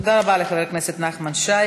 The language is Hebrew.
תודה לחבר הכנסת נחמן שי.